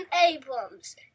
Abrams